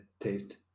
taste